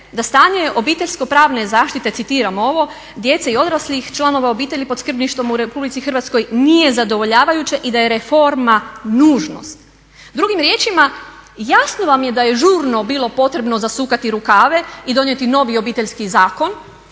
da stanje obiteljsko-pravne zaštite, citiram ovo, djece i odraslih, članova obitelji pod skrbništvom u Republici Hrvatskoj nije zadovoljavajuće i da je reforma nužnost. Drugim riječima, jasno vam je da je žurno bilo potrebno zasukati rukave i donijeti novi Obiteljski zakon